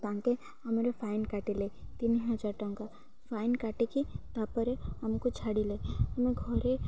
ତାଙ୍କେ ଆମର ଫାଇନ୍ କାଟିଲେ ତିନି ହଜାର ଟଙ୍କା ଫାଇନ୍ କାଟିକି ତା'ପରେ ଆମକୁ ଛାଡ଼ିଲେ ଆମେ ଘରେ